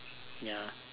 ya